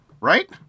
right